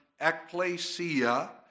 ecclesia